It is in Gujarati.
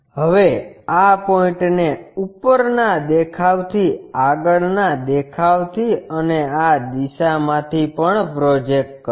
હવે આ પોઇન્ટને ઉપરના દેખાવમાં થી આગળના દેખાવથી અને આ દિશામાંથી પણ પ્રોજેક્ટ કરો